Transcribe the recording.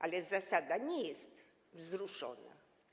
Ale zasada nie jest wzruszona.